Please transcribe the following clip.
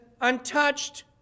untouched